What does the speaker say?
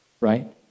right